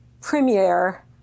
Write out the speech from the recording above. premiere